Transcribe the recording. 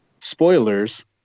spoilers